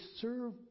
serve